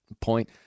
point